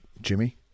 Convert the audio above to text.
Jimmy